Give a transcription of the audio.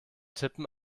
tippen